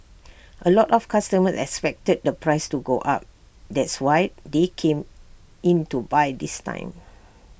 A lot of customers expected the price to go up that's why they came in to buy this time